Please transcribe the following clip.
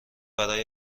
برا